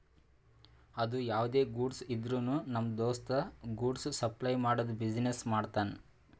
ಅದು ಯಾವ್ದೇ ಗೂಡ್ಸ್ ಇದ್ರುನು ನಮ್ ದೋಸ್ತ ಗೂಡ್ಸ್ ಸಪ್ಲೈ ಮಾಡದು ಬಿಸಿನೆಸ್ ಮಾಡ್ತಾನ್